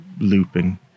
looping